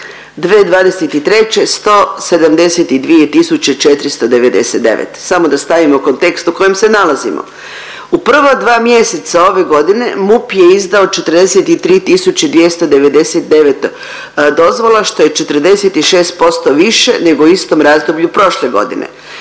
2023. 172.499, samo da stavimo kontekst u kojem se nalazimo. U prva dva mjeseca ove godine MUP je izdao 43.299 dozvola, što je 46% više nego u istom razdoblju prošle godine.